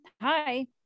Hi